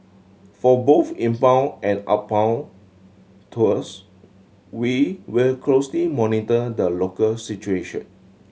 for both inbound and outbound tours we will closely monitor the local situation